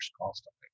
constantly